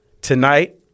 Tonight